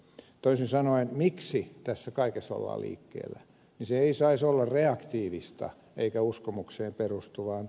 toisin sanoen se miksi tässä kaikessa ollaan liikkeellä ei saisi olla reaktiivista eikä uskomukseen perustuvaa